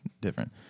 different